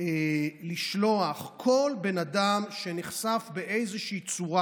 לשלוח כל בן אדם שנחשף באיזושהי צורה,